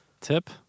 Tip